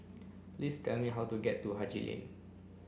please tell me how to get to Haji Lane